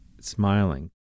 smiling